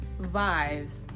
vibes